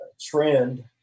trend